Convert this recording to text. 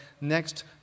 next